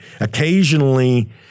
occasionally